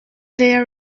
their